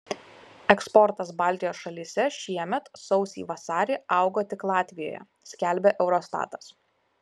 eksportas baltijos šalyse šiemet sausį vasarį augo tik latvijoje skelbia eurostatas